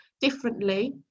differently